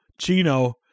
Chino